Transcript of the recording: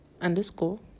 underscore